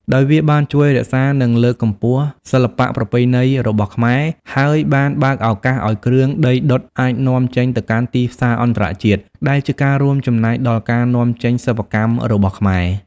ដោយវាបានជួយរក្សា និងលើកកម្ពស់សិល្បៈប្រពៃណីរបស់ខ្មែរ ហើយបានបើកឱកាសឲ្យគ្រឿងដីដុតអាច នាំចេញទៅកាន់ទីផ្សារអន្តរជាតិ ដែលជាការរួមចំណែកដល់ការនាំចេញសិប្បកម្មរបស់កម្ពុជា។